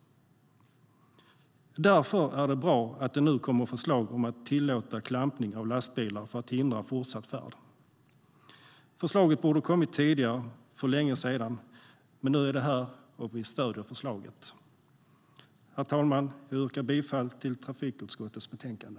Därför är det bra att det nu kommer förslag om att tillåta klampning av lastbilar för att hindra fortsatt färd. Förslaget borde ha kommit för länge sedan. Men nu är det här, och vi stöder förslaget. Herr talman! Jag yrkar bifall till förslaget i trafikutskottets betänkande.